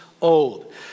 old